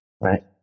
right